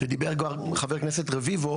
ודיבר גם חבר הכנסת רביבו,